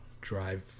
drive